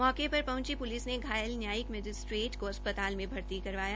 मौके पर पहंची पुलिस ने घायल न्यायिक मैजिस्ट्रेट को अस्पताल में भर्ती करवाया